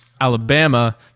Alabama